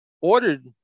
ordered